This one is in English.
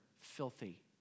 filthy